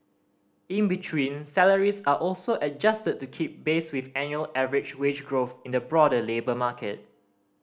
in between salaries are also adjusted to keep pace with annual average wage growth in the broader labour market